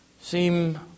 Seem